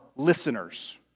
Listeners